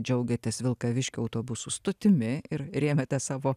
džiaugiatės vilkaviškio autobusų stotimi ir rėmėte savo